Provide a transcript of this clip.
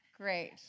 great